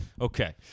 Okay